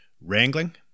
wrangling